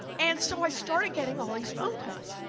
and so i started getting all these phone calls.